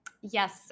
Yes